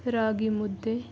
ರಾಗಿ ಮುದ್ದೆ